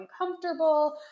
uncomfortable